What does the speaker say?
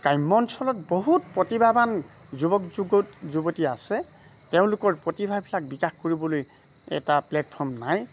গ্ৰাম্য অঞ্চলত বহুত প্ৰতিভাৱান যুৱক যুৱতী আছে তেওঁলোকৰ প্ৰতিভাবিলাক বিকাশ কৰিবলৈ এটা প্লেটফৰ্ম নাই